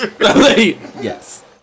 Yes